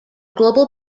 global